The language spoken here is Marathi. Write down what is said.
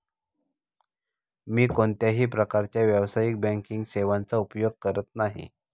मी कोणत्याही प्रकारच्या व्यावसायिक बँकिंग सेवांचा उपयोग करत नाही